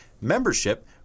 membership